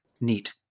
neat